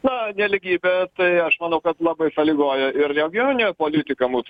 na nelygybę tai aš manau kad labai sąlygoja ir regioninė politika mūsų